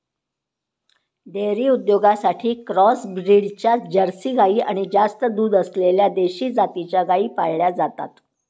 dairy उद्योगासाठी cross ब्रीडच्या Jersey गाई आणि जास्त दूध असलेल्या देशी जातीच्या गायी पाळल्या जातात